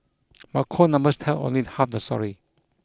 but cold numbers tell only half the story